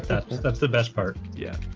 that's that's the best part. yeah.